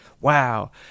wow